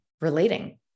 relating